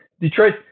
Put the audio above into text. Detroit